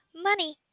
Money